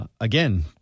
Again